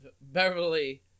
Beverly